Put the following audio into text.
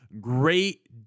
Great